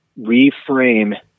reframe